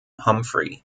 humphry